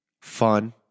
Fun